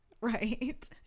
right